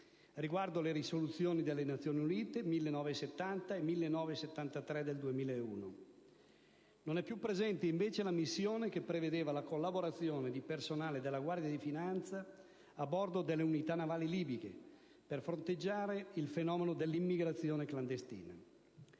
riguardo le risoluzioni delle Nazioni Unite n. 1970 e 1973 del 2001. Non è più presente invece la missione che prevedeva la collaborazione di personale della Guardia di finanza a bordo delle unità navali libiche per fronteggiare il fenomeno dell'immigrazione clandestina.